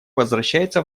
возвращается